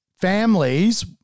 families